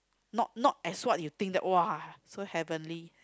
not not as what you think that !wah! so heavenly